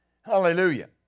Hallelujah